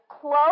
close